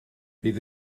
bydd